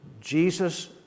Jesus